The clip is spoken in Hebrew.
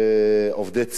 ועובדי ציבור,